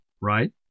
right